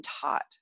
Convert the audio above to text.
taught